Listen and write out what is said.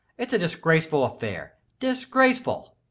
it's a disagraceful affair. disagraceful.